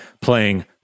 playing